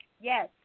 Yes